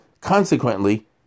Consequently